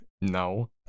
No